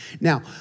Now